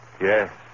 Yes